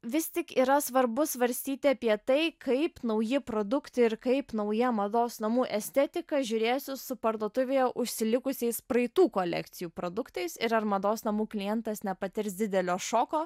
vis tik yra svarbu svarstyti apie tai kaip nauji produktai ir kaip nauja mados namų estetika žiūrėsis su parduotuvėje užsilikusiais praeitų kolekcijų produktais ir ar mados namų klientas nepatirs didelio šoko